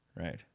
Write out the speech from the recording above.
Right